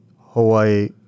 Hawaii